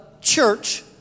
church